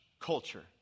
culture